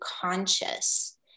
conscious